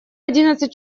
одиннадцать